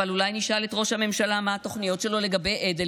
אבל אולי נשאל את ראש הממשלה מה התוכניות שלו לאדלשטיין,